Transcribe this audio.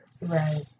Right